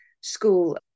school